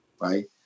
right